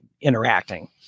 interacting